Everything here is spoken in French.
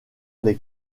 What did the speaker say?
des